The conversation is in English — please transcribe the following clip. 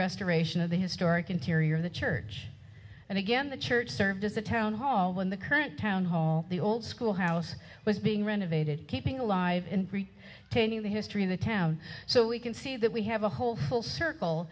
restoration of the historic interior of the church and again the church served as a town hall when the current town hall the old school house was being renovated keeping alive in brief the history of the town so we can see that we have a whole full circle